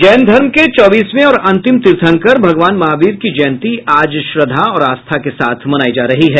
जैन धर्म के चौबीसवें और अंतिम तीर्थंकर भगवान महावीर की जयंती आज श्रद्धा और आस्था के साथ मनाई जा रही है